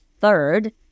third